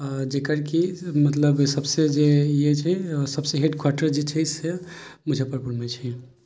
जेकर कि मतलब सभसँ जे ई होइ छै सभसँ हेड क्वार्टर जेछै से मुजफ्फरपुरमे छै